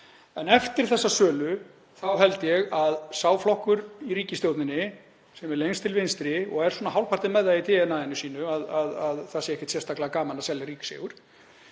En eftir þessa sölu held ég að sá flokkur í ríkisstjórninni sem er lengst til vinstri og er svona hálfpartinn með það í DNA-inu sínu að það sé ekkert sérstaklega gaman að selja ríkiseigur,